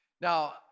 Now